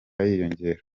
yiyongera